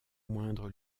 moindre